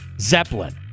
Zeppelin